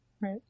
Right